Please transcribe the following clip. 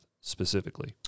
specifically